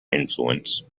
influence